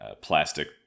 plastic